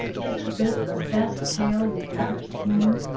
isn't this the best tail you've ever seen?